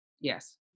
Yes